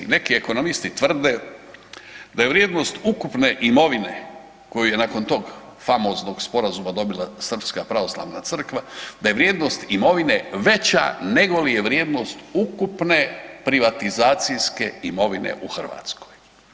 Neki ekonomisti tvrde da je vrijednost ukupne imovine koju je nakon tog famoznog sporazuma dobila Srpska pravoslavna crkva da je vrijednost imovine veća negoli je vrijednost ukupne privatizacijske imovine u Hrvatskoj.